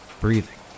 breathing